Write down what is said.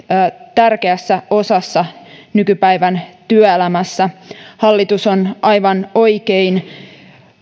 tärkeässä osassa nykypäivän työelämässä hallitus on aivan oikein